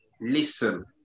listen